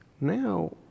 Now